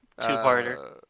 two-parter